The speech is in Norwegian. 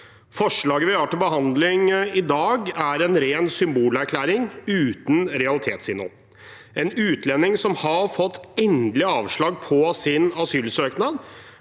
Forslaget vi har til behandling i dag, er en ren symbolerklæring uten realitetsinnhold. En utlending som har fått endelig avslag på sin asylsøknad,